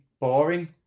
boring